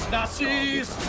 Nazis